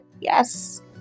Yes